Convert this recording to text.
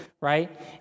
right